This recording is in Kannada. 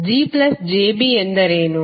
GjB ಎಂದರೇನು